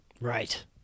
Right